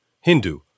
Hindu